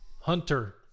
Hunter